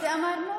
ממלכתיות אמרנו?